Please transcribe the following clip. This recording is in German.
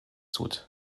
tut